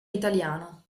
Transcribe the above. italiano